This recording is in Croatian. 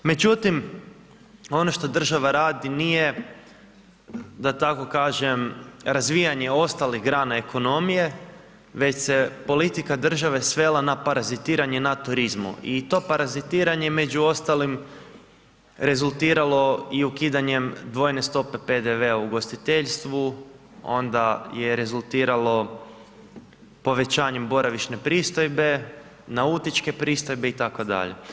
Međutim, ono što država radi nije, da tako kažem, razvijanje ostalih grana ekonomije, već se politika države svela na parazitiranje na turizmu i to parazitiranje među ostalim rezultiralo i ukidanjem dvojne stope PDV-a u ugostiteljstvu, onda je rezultiralo povećanjem boravišne pristojbe, nautičke pristojbe itd.